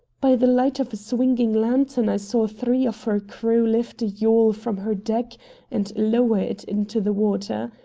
by the light of a swinging lantern i saw three of her crew lift a yawl from her deck and lower it into the water.